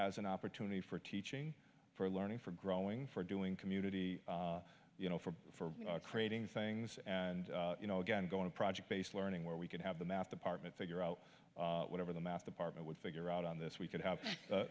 as an opportunity for teaching for learning for growing for doing community you know for creating things and you know again going to project based learning where we could have the math department figure out whatever the math department would figure out on this we could have